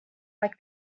like